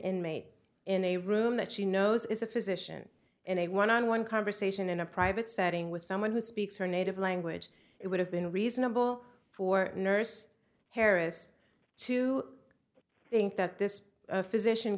inmate in a room that she knows is a physician in a one on one conversation in a private setting with someone who speaks her native language it would have been reasonable for nurse harris to think that this physician